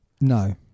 No